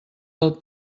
del